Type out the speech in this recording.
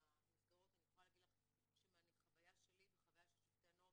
המסגרות אני יכולה להגיד לך שמחוויה שלי ומהחוויה של שופטי הנוער,